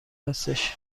هستش